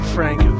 Frank